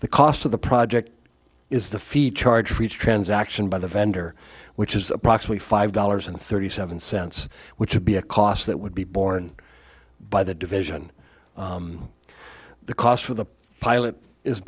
the cost of the project is the fee charged for each transaction by the vendor which is approximately five dollars and thirty seven cents which would be a cost that would be borne by the division the cost for the pilot is